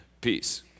peace